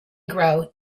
grow